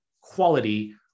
quality